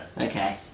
Okay